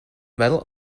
metal